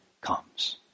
comes